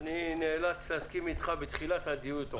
אני נאלץ להסכים איתך בתחילת הדיון.